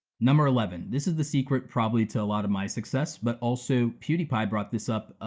number eleven, this is the secret probably to a lot of my success, but also pewdiepie brought this up,